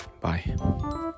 Bye